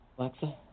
Alexa